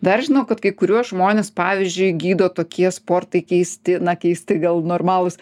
dar žinau kad kai kuriuos žmones pavyzdžiui gydo tokie sportai keisti na keisti gal normalūs